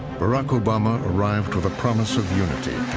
barack obama arrived with a promise of unity.